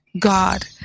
God